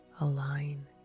align